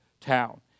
town